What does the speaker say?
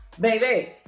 baby